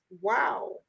wow